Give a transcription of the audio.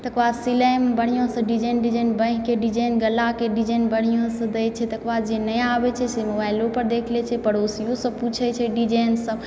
तकर बाद सिलाइमे बढ़िआँसँ डिजाइन बाँहिके डिजाइन गलाके डिजाइन बढ़िआँसँ दैत छै तकर बाद जे नहि आबैत छै से मोबाइलो पर देख लैत छै पड़ोसिओसँ पूछैत छै डिजाइनसभ